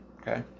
okay